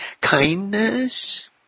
kindness